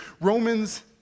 Romans